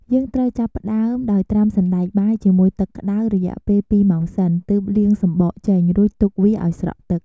យើងត្រូវចាប់ផ្ដើម ដោយត្រាំសណ្តែកបាយជាមួយទឹកក្តៅ រយៈពេល២ម៉ោងសិន ទើបលាងសំបកចេញ រួចទុកវាឱ្យស្រក់ទឹក។